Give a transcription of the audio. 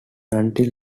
unlit